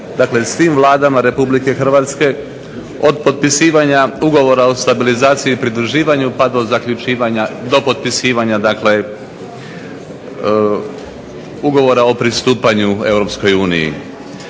Dakle, svim vladama Republike Hrvatske od potpisivanja Ugovora o stabilizaciji i pridruživanju, pa do potpisivanja dakle Ugovora o pristupanju Europskoj uniji.